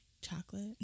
chocolate